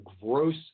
gross